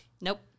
Nope